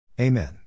Amen